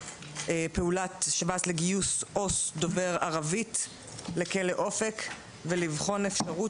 פעולת שב"ס לגיוס עו"ס דובר ערבית לכלא אופק ולבחון אפשרות